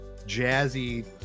jazzy